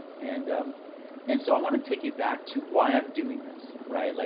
and um and so i want to take you back to why i'm doing this, right? like,